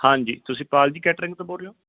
ਹਾਂਜੀ ਤੁਸੀਂ ਪਾਲ ਜੀ ਕੈਟਰਿੰਗ ਤੋਂ ਬੋਲ ਰਹੇ ਓਂ